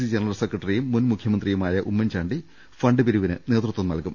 C general സെക്രട്ടറിയും മുൻ മുഖ്യമന്ത്രിയുമായ ഉമ്മൻചാണ്ടി ഫണ്ട് പിരിവിന് നേതൃത്വം നൽകും